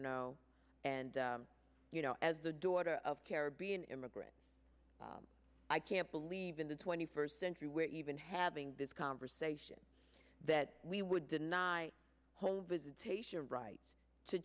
no and you know as the daughter of caribbean immigrants i can't believe in the twenty first century where even having this conversation that we would deny whole visitation rights to